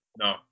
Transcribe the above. No